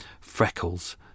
freckles